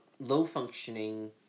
low-functioning